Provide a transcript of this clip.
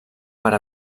per